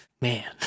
man